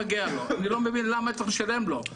אני לא מבין למה צריך לשלם לו,